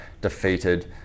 defeated